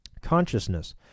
Consciousness